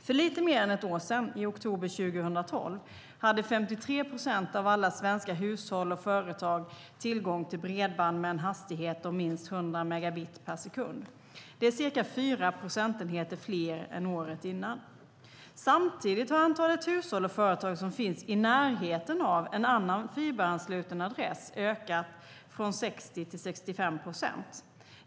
För lite mer än ett år sedan, i oktober 2012, hade 53 procent av alla svenska hushåll och företag tillgång till bredband med en hastighet om minst 100 megabit per sekund. Det är ca 4 procentenheter fler än året innan. Samtidigt har antalet hushåll och företag som finns i närheten av en annan fiberansluten adress ökat från 60 till 65 procent.